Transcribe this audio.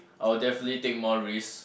I will definitely take more risks